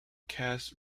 cast